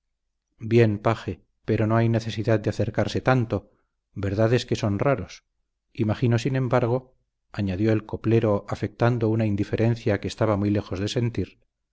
bien paje pero no hay necesidad de acercarse tanto verdad es que son raros imagino sin embargo añadió el coplero afectando una indiferencia que estaba muy lejos de sentir